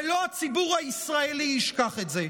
ולא הציבור הישראלי ישכח את זה.